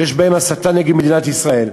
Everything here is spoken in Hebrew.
שיש בהם הסתה נגד מדינת ישראל,